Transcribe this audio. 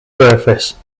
surface